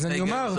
את ההיגיון.